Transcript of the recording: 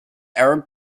arab